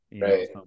Right